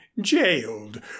jailed